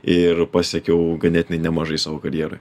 ir pasiekiau ganėtinai nemažai savo karjeroj